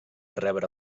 rebre